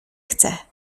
chcę